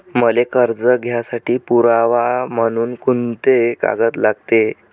मले कर्ज घ्यासाठी पुरावा म्हनून कुंते कागद लागते?